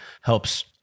helps